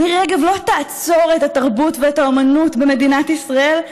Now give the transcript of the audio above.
מירי רגב לא תעצור את התרבות ואת האומנות במדינת ישראל,